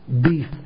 Beef